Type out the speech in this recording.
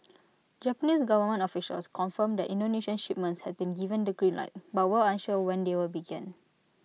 Japanese government officials confirmed that Indonesian shipments had been given the green light but were unsure when they would begin